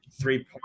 three